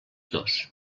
dos